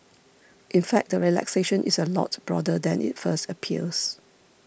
in fact the relaxation is a lot broader than it first appears